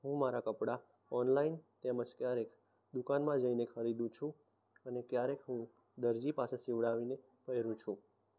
હું મારાં કપડાં ઓનલાઈન તેમજ ક્યારેક દુકાનમાં જઈને ખરીદું છું અને ક્યારેક હું દરજી પાસે સિવડાવીને પહેરું છું